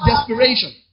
desperation